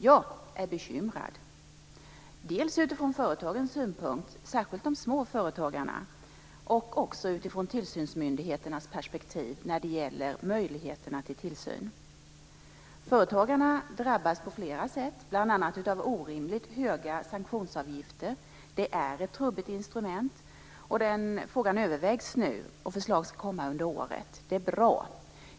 Jag är bekymrad, dels utifrån företagens synpunkter, särskilt de små företagarna, dels från tillsynsmyndigheternas perspektiv när det gäller möjligheterna till tillsyn. Företagarna drabbas på flera sätt, bl.a. av orimligt höga sanktionsavgifter. Det är ett trubbigt instrument. Den frågan övervägs nu, och förslag ska komma under året. Det är bra.